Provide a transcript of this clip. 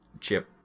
Chip